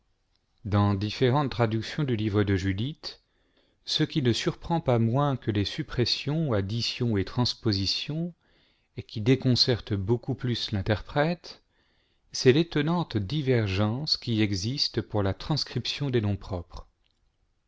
dans ces différentes traductions du livre de judith ce qui ne surprend pas moins que les suppressions additions et transpositions et qui déconcerte beaucoup plus rinterprète c'est l'étonnante divergence qui existe pour la transcription des noms propres